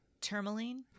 tourmaline